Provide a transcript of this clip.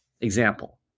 Example